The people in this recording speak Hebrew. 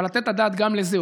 אבל לתת את הדעת גם על זה,